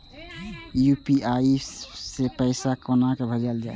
UPI सै पैसा कोना भैजल जाय?